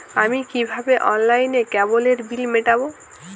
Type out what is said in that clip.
আমি কিভাবে অনলাইনে কেবলের বিল মেটাবো?